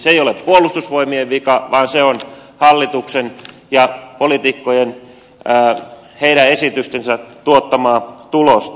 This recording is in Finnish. se ei ole puolustusvoimien vika vaan se on hallituksen ja poliitikkojen esitysten tuottamaa tulosta